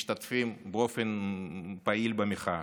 שמשתתפים באופן פעיל במחאה,